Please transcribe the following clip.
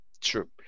True